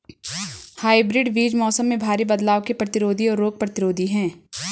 hybrid बीज मौसम में भारी बदलाव के प्रतिरोधी और रोग प्रतिरोधी हैं